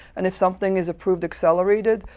and if something is approved accelerated,